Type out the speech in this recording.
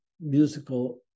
musical